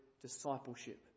discipleship